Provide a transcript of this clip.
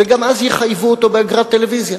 גם אז יחייבו אותו באגרת טלוויזיה.